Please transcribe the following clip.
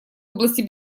области